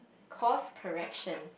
course correction